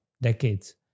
decades